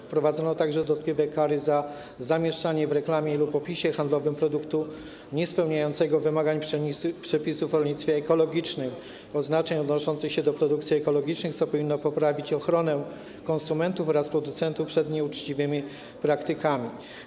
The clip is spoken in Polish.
Wprowadzono także dotkliwe kary za zamieszczanie w reklamie lub opisie handlowym produktu niespełniającego wymagań przepisów o rolnictwie ekologicznym, oznaczeń odnoszących się do produkcji ekologicznych, co powinno poprawić ochronę konsumentów oraz producentów przed nieuczciwymi praktykami.